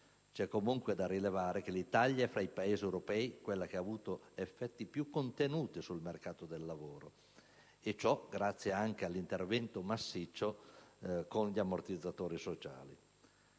C'è comunque da rilevare che l'Italia è, tra i Paesi europei, quello che ha avuto effetti più contenuti sul mercato del lavoro, e ciò anche grazie all'intervento massiccio con gli ammortizzatori sociali.